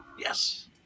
Yes